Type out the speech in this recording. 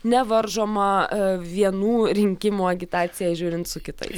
nevaržoma a vienų rinkimų agitacija žiūrint su kitais